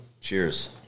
Cheers